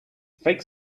fake